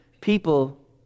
people